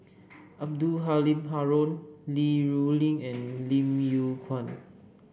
Abdul Halim Haron Li Rulin and Lim Yew Kuan